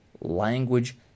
language